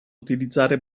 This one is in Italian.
utilizzare